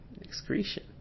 Excretion